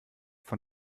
von